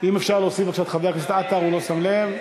אם אפשר להוסיף את חבר הכנסת עטר, הוא לא שם לב,